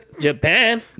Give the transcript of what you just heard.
Japan